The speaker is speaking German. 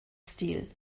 stil